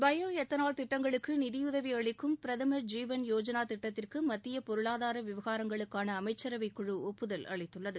பையோ ethanol திட்டங்களுக்கு நிதியுதவி அளிக்கும் பிரதமர் றிவான் போஜனா திட்டத்திற்கு மத்திய பொருளாதார விவகாரங்களுக்கான அமைச்சரவைக்குழு ஒப்புதல் அளித்துள்ளது